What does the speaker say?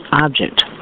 object